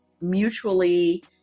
mutually